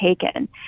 taken